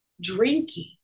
drinking